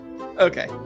Okay